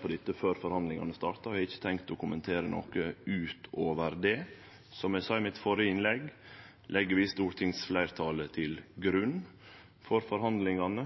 på dette før forhandlingane startar, og eg har ikkje tenkt å kommentere noko utover det. Som eg sa i det førre innlegget mitt, legg vi stortingsfleirtalet til grunn for forhandlingane,